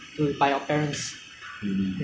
how do you think humans will become extinct